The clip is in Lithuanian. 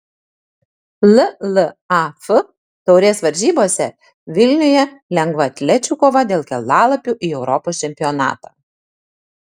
llaf taurės varžybose vilniuje lengvaatlečių kova dėl kelialapių į europos čempionatą